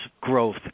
growth